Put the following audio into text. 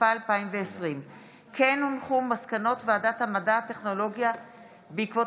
התשפ"א 2020. מסקנות ועדת המדע והטכנולוגיה בעקבות